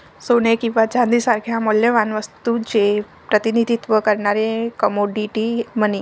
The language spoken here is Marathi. सोने किंवा चांदी सारख्या मौल्यवान वस्तूचे प्रतिनिधित्व करणारे कमोडिटी मनी